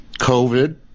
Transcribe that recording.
COVID